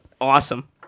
Awesome